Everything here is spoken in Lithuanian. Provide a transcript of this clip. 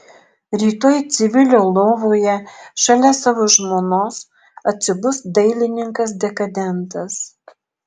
rytoj civilio lovoje šalia savo žmonos atsibus dailininkas dekadentas